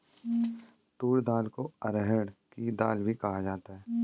तूर दाल को अरहड़ की दाल भी कहा जाता है